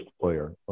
player